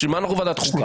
בשביל מה אנחנו ועדת חוקה,